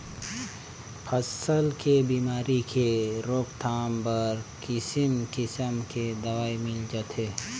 फसल के बेमारी के रोकथाम बर किसिम किसम के दवई मिल जाथे